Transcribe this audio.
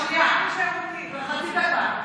חצי דקה.